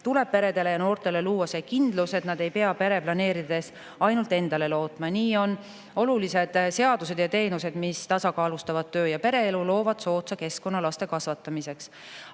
tuleb peredele ja noortele luua see kindlus, et nad ei pea peret planeerides ainult endale lootma. Nii on olulised seadused ja teenused, mis tasakaalustavad töö‑ ja pereelu, loovad soodsa keskkonna laste kasvatamiseks,